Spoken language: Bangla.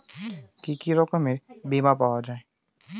কি কি রকমের বিমা পাওয়া য়ায়?